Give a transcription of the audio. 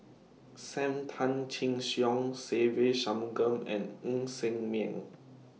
SAM Tan Chin Siong Se Ve Shanmugam and Ng Ser Miang